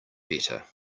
better